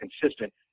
consistent